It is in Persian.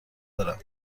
دارم